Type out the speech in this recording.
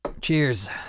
Cheers